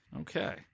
Okay